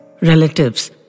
relatives